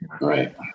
Right